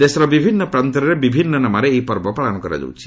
ଦେଶର ବିଭିନ୍ନ ପ୍ରାନ୍ତରେ ବିଭିନ୍ନ ନାମରେ ଏହି ପର୍ବ ପାଳନ କରାଯାଉଛି